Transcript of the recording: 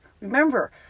remember